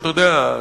אתה יודע,